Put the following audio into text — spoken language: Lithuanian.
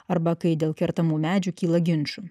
arba kai dėl kertamų medžių kyla ginčų